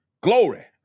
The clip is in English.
glory